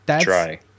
Try